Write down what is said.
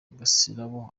gasirabo